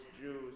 Jews